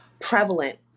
prevalent